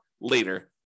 later